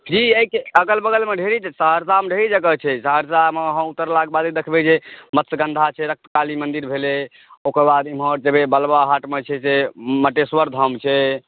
ठीक अइ अगल बगलमे जे छै से सहरसामे ढेरी जगह छै सहरसामे उतरलाक बाद अहाँ देखबै जे मत्स्यगन्धा छै रक्तकाली मन्दिर भेलै ओकर बाद इम्हर जेबै बल्वाहटमे जे छै से मटेश्वर धाम छै